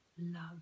love